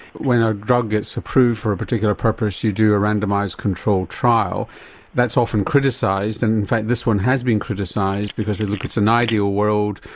when a drug gets approved for a particular purpose you do a randomised control trial that's often criticised and in fact this one has been criticised because, look, it's an ideal world,